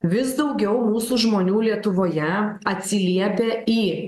vis daugiau mūsų žmonių lietuvoje atsiliepia į